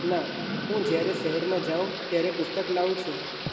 ના હું જ્યારે શહેરમાં જાઉં ત્યારે પુસ્તક લાવું છું